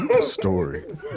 story